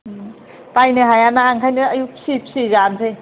बायनो हायाना ओंखायनो फिसियै फिसियै जानोसै